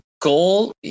goal